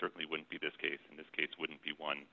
certainly wouldn't be this case in this case wouldn't be one